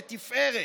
לתפארת,